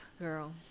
Girl